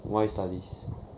why studies